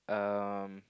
um